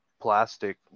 plastic